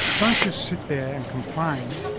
don't just sit there and complain.